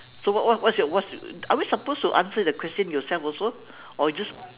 so what what what's your what's are we suppose to answer the question yourself also or we just